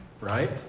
right